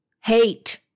hate